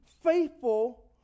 faithful